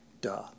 Duh